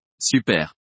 Super